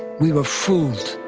we were fooled.